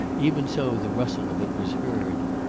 even so, the rustle of it was heard.